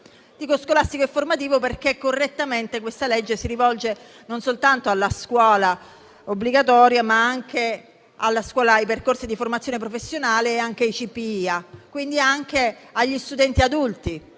Dico "scolastico" e "formativo" perché, correttamente, questo provvedimento si rivolge non soltanto alla scuola obbligatoria, ma anche ai percorsi di formazione professionale e ai CPIA, quindi anche agli studenti adulti,